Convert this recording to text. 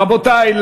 רבותי,